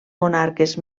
monarques